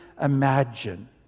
imagine